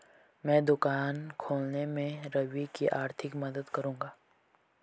मैं दुकान खोलने में रवि की आर्थिक मदद करूंगा